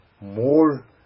more